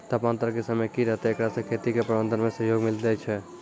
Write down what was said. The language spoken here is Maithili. तापान्तर के समय की रहतै एकरा से खेती के प्रबंधन मे सहयोग मिलैय छैय?